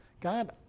God